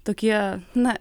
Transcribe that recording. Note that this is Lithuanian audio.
tokie na